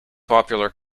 popular